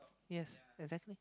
yes exactly